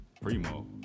Primo